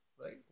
right